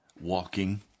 walking